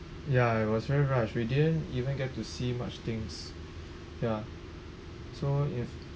ya it was very rushed we didn't even get to see much things ya so if